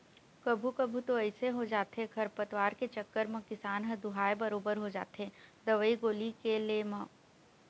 कभू कभू तो अइसे हो जाथे खरपतवार के चक्कर म किसान ह दूहाय बरोबर हो जाथे दवई गोली के ले म